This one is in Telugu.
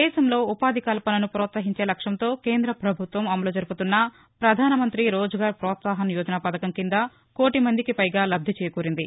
దేశంలో ఉపాధి కల్పనను ప్రోత్సహించే లక్ష్యంతో కేంద ప్రభుత్వం అమలు జరుపుతున్న పధాన మంగ్రి రోజ్గార్ ప్రోత్సాహన్ యోజన పథకం కింద కోటి మందికిపైగా లబ్దిచేకూరింది